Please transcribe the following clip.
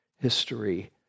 history